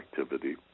activity